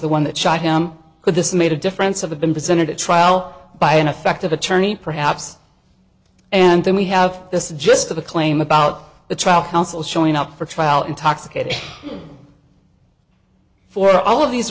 the one that shot him could this made a difference of the been presented at trial by an effect of attorney perhaps and then we have this gist of the claim about the trial counsel showing up for trial intoxicated for all of these